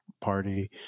Party